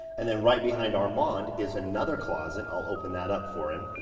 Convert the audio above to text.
and then right behind armand is another closet. i'll open that up for him.